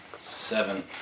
seven